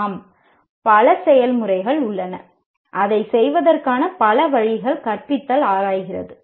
ஆம் பல செயல்முறைகள் உள்ளன அதைச் செய்வதற்கான பல வழிகள் கற்பித்தல் ஆராய்கிறது